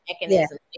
mechanisms